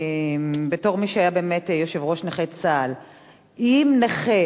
בתור מי שהיה יושב-ראש ארגון נכי